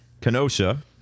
Kenosha